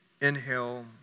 inhale